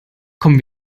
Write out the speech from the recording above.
kommen